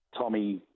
Tommy